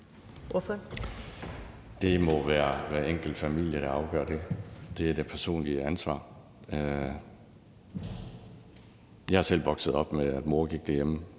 Det må være hver enkelt familie, der afgør det. Det er det personlige ansvar. Jeg er selv vokset op med, at mor gik derhjemme